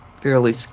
fairly